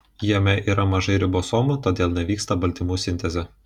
jame yra mažai ribosomų todėl nevyksta baltymų sintezė